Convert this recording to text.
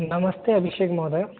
नमस्ते अभिषेक् महोदय